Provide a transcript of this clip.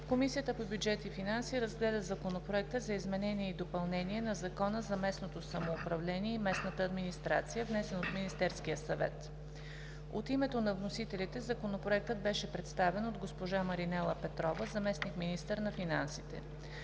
Комисията по бюджет и финанси разгледа Законопроекта за изменение и допълнение на Закона за местното самоуправление и местната администрация, внесен от Министерския съвет. От името на вносителите Законопроектът беше представен от госпожа Маринела Петрова – заместник-министър на финансите.